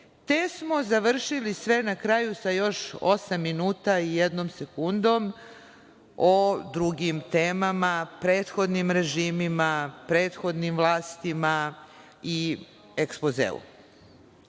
te smo završili sve na kraju sa još osam minuta i jednom sekundom o drugim temama, prethodnim režimima, prethodnim vlastima i ekspozeu. Takođe,